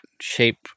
shape